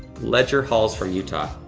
ledger halls from utah,